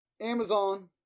Amazon